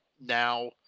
now